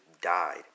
Died